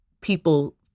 people